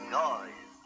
noise